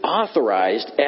authorized